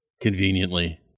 Conveniently